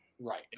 right